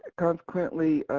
consequently,